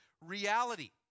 reality